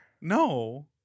No